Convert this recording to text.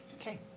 Okay